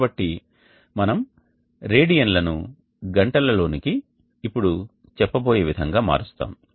కాబట్టి మనం రేడియన్లను గంటల లోనికి ఇప్పుడు చెప్పబోయే విధంగా మారుస్తాము